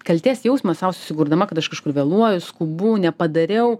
kaltės jausmą sau susikurdama kad aš kažkur vėluoju skubu nepadariau